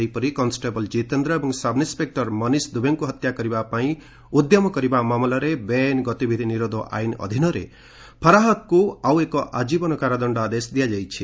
ସେହିପରି କନେଷ୍ଟବଲ ଜିତେନ୍ଦ୍ର ଏବଂ ସବ୍ଇନ୍ନପେକୁର ମନୀଷ ଦୁବେଙ୍କୁ ହତ୍ୟା କରିବା ପାଇଁ ଉଦ୍ୟମ କରିବା ମାମଲାରେ ବେଆଇନ ଗତିବିଧି ନିରୋଧ ଆଇନ ଅଧୀନରେ ଫରାହାତ୍କୁ ଆଉ ଏକ ଆଜୀବନ କାରାଦଣ୍ଡ ଆଦେଶ ଦିଆଯାଇଛି